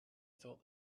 thought